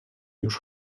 już